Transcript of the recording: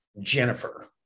Jennifer